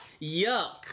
Yuck